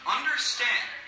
Understand